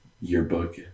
yearbook